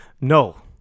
no